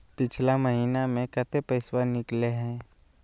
पिछला महिना मे कते पैसबा निकले हैं?